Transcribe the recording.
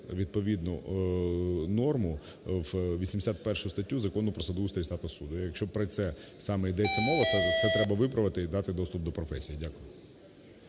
відповідну норму у 81 статтю Закону "Про судоустрій і статус суддів". Якщо про це саме йдеться мова, це треба виправити і дати доступ до професії. Дякую.